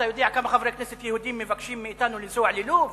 אתה יודע כמה חברי כנסת יהודים מבקשים מאתנו לנסוע ללוב?